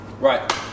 Right